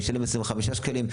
הוא ישלם 25 שקלים.